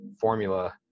formula